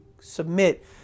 submit